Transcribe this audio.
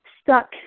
stuck